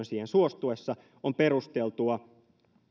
siihen suostuessa on perusteltua